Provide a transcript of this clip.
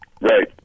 Right